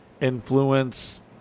influence